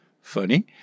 funny